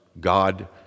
God